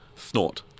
snort